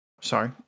Sorry